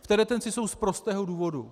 V té detenci jsou z prostého důvodu.